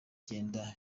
genda